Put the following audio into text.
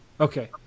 Okay